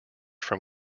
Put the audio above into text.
from